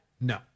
No